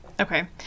okay